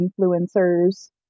influencer's